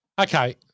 Okay